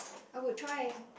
I would try and